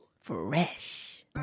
fresh